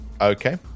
Okay